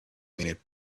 minute